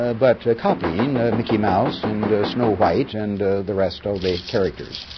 ah but copying mickey mouse and snow white and the rest of the characters.